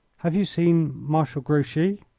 have you seen marshal grouchy?